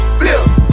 flip